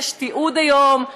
יש תיעוד היום,